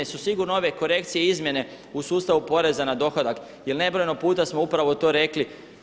Jer su sigurno ove korekcije i izmjene u sustavu poreza na dohodak jer nebrojeno puta smo upravo to rekli.